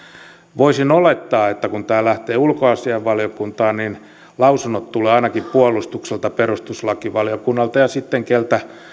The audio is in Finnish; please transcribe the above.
voisin olettaa että kun tämä lähtee ulkoasiainvaliokuntaan niin lausunnot tulevat ainakin puolustukselta perustuslakivaliokunnalta ja keneltä